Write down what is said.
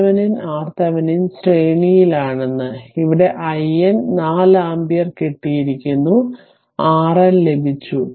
V Thevenin RThevenin ശ്രേണിയിൽ ആണെന്ന് ഇവിടെ IN 4 ആമ്പിയർ കിട്ടിയിരിക്കുന്നു RN ലഭിച്ചു